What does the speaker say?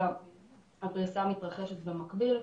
אלא הפריסה מתרחשת במקביל,